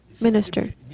minister